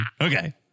Okay